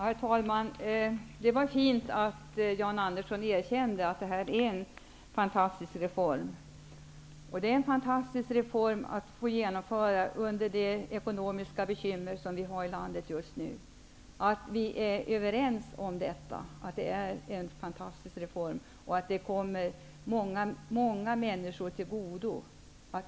Herr talman! Det var fint att Jan Andersson erkände att det här är en fantastisk reform. Det är en fantastisk reform att få genomföra med de ekonomiska bekymmer vi har i landet just nu. Det är bra att vi är överens om att det är en fantastisk reform och att den kommer många människor till godo.